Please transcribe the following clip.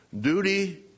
duty